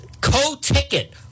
co-ticket